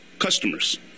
customers